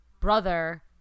brother